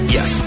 Yes